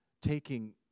taking